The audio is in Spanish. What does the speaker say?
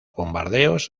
bombardeos